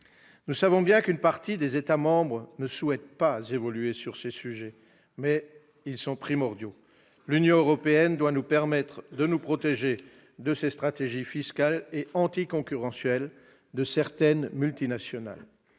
Nous savons bien qu'une partie des États membres ne souhaite pas évoluer sur ces sujets, alors qu'ils sont primordiaux. L'Union européenne doit nous permettre de nous protéger des stratégies fiscales et anticoncurrentielles de certaines multinationales,